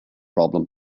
problem